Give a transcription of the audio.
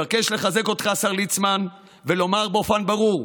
אני מבקש לחזק אותך, השר ליצמן, ולומר באופן ברור: